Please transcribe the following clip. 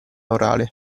orale